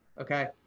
okay